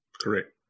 correct